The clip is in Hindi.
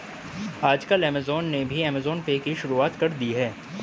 आजकल ऐमज़ान ने भी ऐमज़ान पे की शुरूआत कर दी है